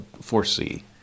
foresee